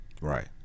Right